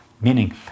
meaning